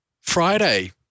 Friday